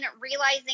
realizing